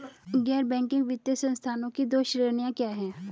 गैर बैंकिंग वित्तीय संस्थानों की दो श्रेणियाँ क्या हैं?